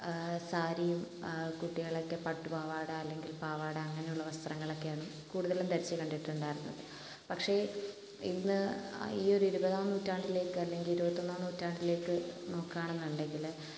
സാരിയും കുട്ടികളൊക്കെ പട്ടുപാവാട അല്ലെങ്കിൽ പാവാട അങ്ങനെയുള്ള വസ്ത്രങ്ങളൊക്കെയാണ് കൂടുതലും ധരിച്ച് കണ്ടിട്ടുണ്ടായിരുന്നത് പക്ഷേ ഇന്ന് ഈ ഒരു ഇരുപതാം നൂറ്റാണ്ടിലേക്ക് അല്ലെങ്കിൽ ഇരുപത്തിയൊന്നാം നൂറ്റാണ്ടിലേക്ക് നോക്കുകയാണെന്നുണ്ടെങ്കിൽ